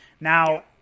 Now